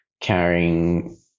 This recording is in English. carrying